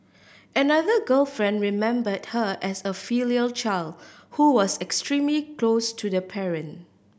another girlfriend remembered her as a filial child who was extremely close to the parent